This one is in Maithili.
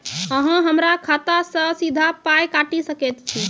अहॉ हमरा खाता सअ सीधा पाय काटि सकैत छी?